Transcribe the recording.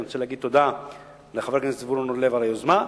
אני רוצה להגיד תודה לחבר הכנסת זבולון אורלב על היוזמה,